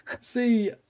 See